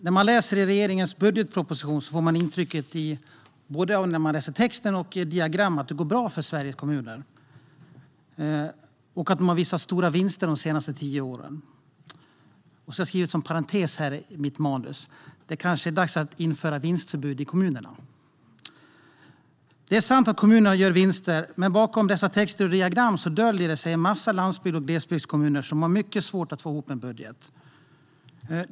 När man läser regeringens budgetproposition får man intrycket av både texter och diagram att det går bra för Sveriges kommuner och att de har visat stora vinster de senaste tio åren. Jag har skrivit något som parentes i mitt manus: Det kanske är dags att införa vinstförbud i kommunerna. Det är sant att kommuner gör vinster, men bakom dessa texter och diagram döljer det sig en massa landsbygds och glesbygdskommuner som har mycket svårt att få ihop en budget.